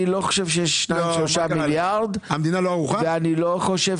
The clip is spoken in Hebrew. אני לא חושב שיש 3-2 מיליארד ואני לא חושב